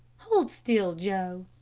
hold still, joe,